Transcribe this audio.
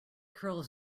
curls